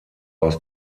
aus